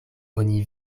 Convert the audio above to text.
oni